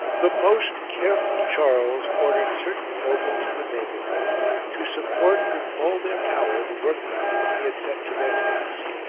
the most careful charles ordered certain nobles of the neighbourhood to support with all their power the workmen whom he had set to their task,